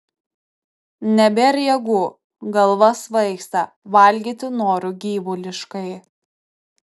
nebėr jėgų galva svaigsta valgyti noriu gyvuliškai